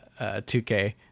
2k